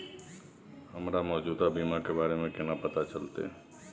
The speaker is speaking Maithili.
हमरा मौजूदा बीमा के बारे में केना पता चलते?